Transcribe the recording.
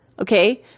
Okay